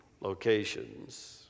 locations